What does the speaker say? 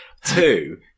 Two